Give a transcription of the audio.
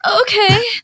Okay